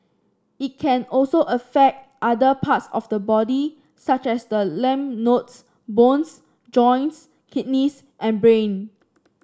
it can also affect other parts of the body such as the lymph nodes bones joints kidneys and brain